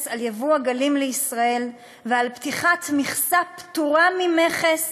על יבוא עגלים לישראל ועל פתיחת מכסה פטורה ממכס